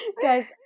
Guys